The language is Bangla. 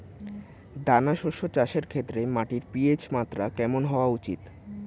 দানা শস্য চাষের ক্ষেত্রে মাটির পি.এইচ মাত্রা কেমন হওয়া উচিৎ?